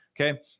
Okay